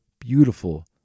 beautiful